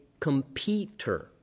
competer